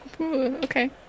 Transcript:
Okay